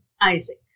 Isaac